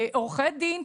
עורכי דין,